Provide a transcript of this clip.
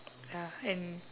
ya and